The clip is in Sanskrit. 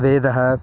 वेदः